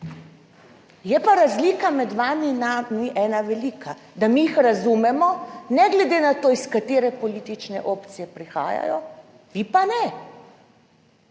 Je pa razlika med vami in nami ena velika. Da mi jih razumemo, ne glede na to, iz katere politične opcije prihajajo, vi pa ne.